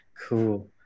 cool